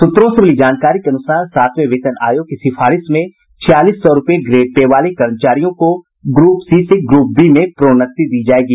सूत्रों से मिली जानकारी के अनुसार सातवें वेतन आयोग की सिफारिश में छियालीस सौ रूपये ग्रेड पे वाले कर्मचारियों को ग्रेप सी से ग्रेप बी में प्रोन्नति दी जायेगी